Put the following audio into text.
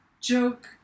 joke